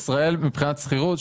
שישראל מבחינת שכירות,